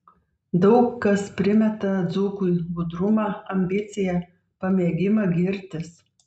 daug kas primeta dzūkui gudrumą ambiciją pamėgimą girtis